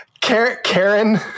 Karen